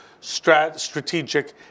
strategic